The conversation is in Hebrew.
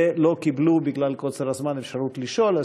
ולא קיבלו בגלל קוצר הזמן של האפשרות לשאול.